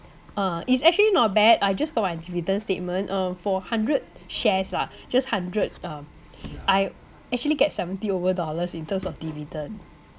uh it's actually not bad I just got my dividend statement uh for hundred shares lah just hundred um I actually get seventy over dollars in terms of dividend